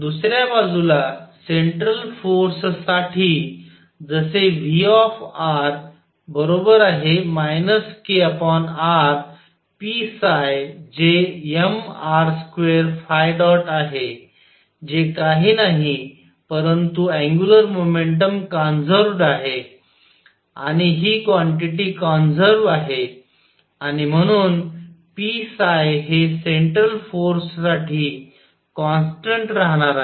दुसऱ्या बाजूला सेंट्रल फोर्ससाठी जसे V kr p जे mr2ϕ̇ आहे जे काही नाही परंतु अँग्युलर मोमेंटम कॉंझर्वड आहे आणि हि क्वांटिटी कॉंझर्वड आहे आणि म्हणून p हे सेंट्रल फोर्स साठी कॉन्स्टन्ट राहणार आहे